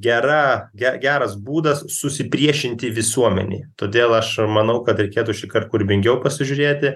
gera ge geras būdas susipriešinti visuomenei todėl aš manau kad reikėtų šįkart kūrybingiau pasižiūrėti